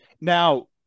now